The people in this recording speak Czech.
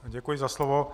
Děkuji za slovo.